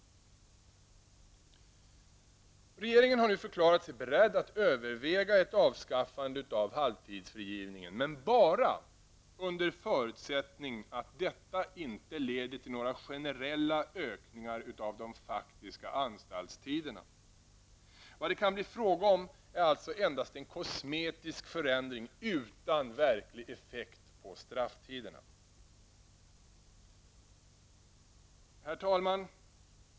Regeringen har nu förklarat sig beredd att överväga ett avskaffande av halvtidsfrigivningen, men bara under förutsättning att detta inte leder till några generella ökningar av de faktiska anstaltstiderna. Vad det kan bli fråga om är alltså endast en kosmetisk förändring utan verklig effekt på strafftiderna. Herr talman!